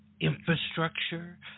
infrastructure